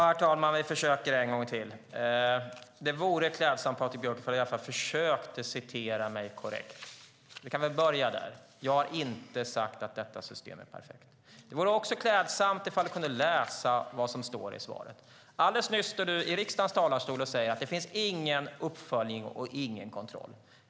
Herr talman! Vi försöker en gång till. Det vore klädsamt, Patrik Björck, om du i alla fall försökte citera mig korrekt - vi kan väl börja där. Jag har inte sagt att detta system är perfekt. Det vore också klädsamt ifall du kunde läsa vad som står i svaret. Alldeles nyss stod du i riksdagens talarstol och sade: Det finns ingen uppföljning och ingen kontroll.